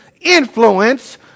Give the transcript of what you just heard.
influence